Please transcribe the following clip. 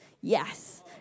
yes